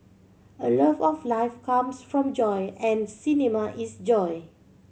a love of life comes from joy and cinema is joy